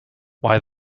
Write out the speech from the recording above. why